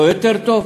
לא יותר טוב?